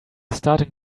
starting